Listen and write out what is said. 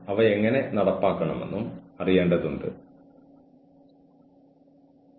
അച്ചടക്കം എങ്ങനെ നൽകാമെന്ന് നമ്മൾ സംസാരിച്ചു